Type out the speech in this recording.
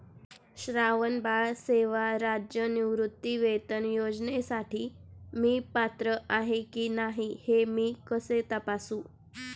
श्रावणबाळ सेवा राज्य निवृत्तीवेतन योजनेसाठी मी पात्र आहे की नाही हे मी कसे तपासू?